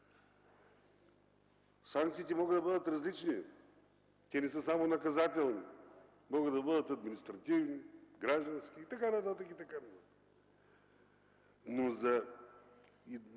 Санкциите могат да бъдат различни, те не са само наказателни – могат да бъдат административни, граждански и така нататък. Как да Ви кажа?